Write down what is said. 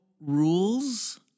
rules